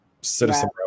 citizen